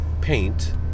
paint